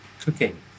cooking